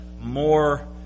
more